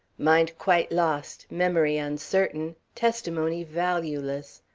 mind quite lost, memory uncertain, testimony valueless,